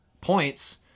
points